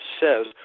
says